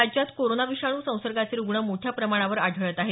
राज्यात कोरोना विषाणू संसर्गाचे रुग्ण मोठ्या प्रमाणावर आढळत आहेत